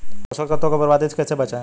पोषक तत्वों को बर्बादी से कैसे बचाएं?